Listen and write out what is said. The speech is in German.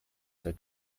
der